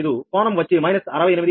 925కోణం వచ్చి మైనస్ 68